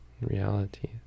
reality